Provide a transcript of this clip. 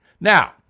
Now